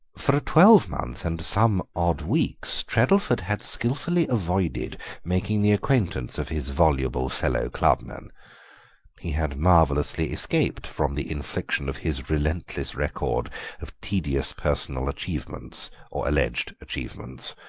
for a twelvemonth and some odd weeks treddleford had skilfully avoided making the acquaintance of his voluble fellow-clubman he had marvellously escaped from the infliction of his relentless record of tedious personal achievements, or alleged achievements,